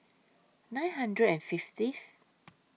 nine hundred and fiftieth